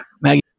Maggie